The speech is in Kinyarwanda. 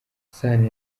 sano